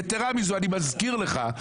יתרה מזו, אני מזכיר לך,